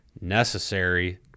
necessary